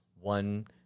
One